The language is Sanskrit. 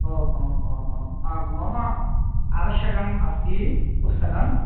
ओ हो आम् आम् आम् मम आवश्यकम् अस्ति पुस्तकम्